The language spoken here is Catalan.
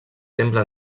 temple